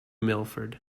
milford